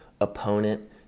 opponent